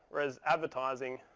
or as advertising,